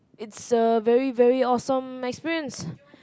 it's uh very very awesome my experience